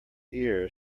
ear